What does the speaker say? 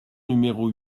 numéro